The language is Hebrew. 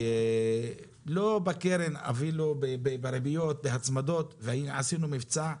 לא בקרן, אפילו בריביות, בהצמדות, עשינו מבצע,